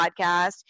podcast